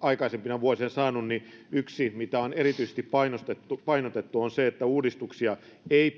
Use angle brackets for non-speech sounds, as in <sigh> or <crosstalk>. aikaisempina vuosina saaneet niin yksi mitä on erityisesti painotettu painotettu on se että uudistuksia ei <unintelligible>